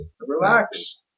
Relax